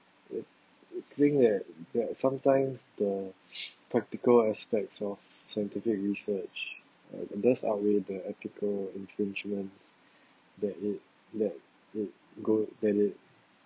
I think that sometimes the practical aspects of scientific research it does outweigh the ethical entrenchments that it that it go that